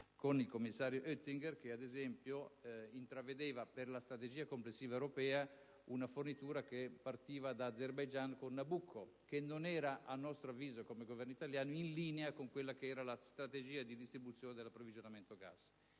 con il commissario Oettinger che, ad esempio, intravedeva, per la strategia complessiva europea, una fornitura che partiva dall'Azerbaigian con il gasdotto Nabucco, il che non era, a nostro avviso, come Governo italiano, in linea con la strategia di distribuzione dell'approvvigionamento del